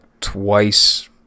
twice